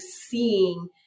seeing